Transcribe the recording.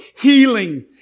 healing